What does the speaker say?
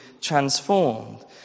transformed